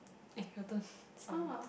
eh your turn sorry